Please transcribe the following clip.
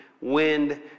Wind